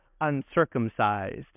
uncircumcised